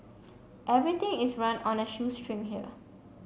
everything is run on a shoestring here